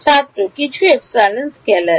ছাত্র কিছু epsilon scalar